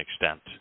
extent